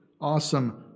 awesome